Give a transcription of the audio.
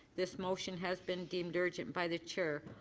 this motion has been deemed urgent by the chair.